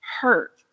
hurt